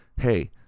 hey